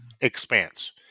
Expanse